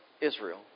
Israel